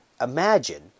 Imagine